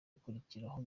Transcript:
gukurikiraho